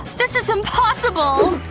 this is impossible!